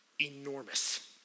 enormous